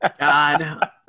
God